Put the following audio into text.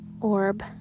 orb